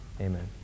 Amen